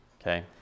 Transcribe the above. okay